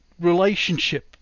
relationship